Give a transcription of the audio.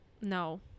no